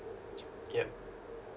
yup